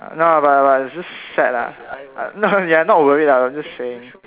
no but but but just sad lah no ya not worried lah but just saying